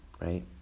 right